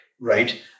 right